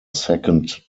second